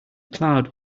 cloud